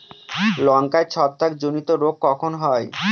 লঙ্কায় ছত্রাক জনিত রোগ কখন হয়?